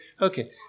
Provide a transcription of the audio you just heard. okay